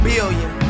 Billion